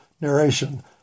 narration